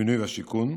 לבינוי ושיכון.